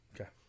Okay